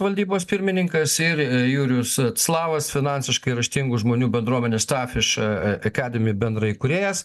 valdybos pirmininkas ir jurijus slavas finansiškai raštingų žmonių bendruomenės starfiš akademi bendraįkūrėjas